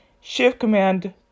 Shift-Command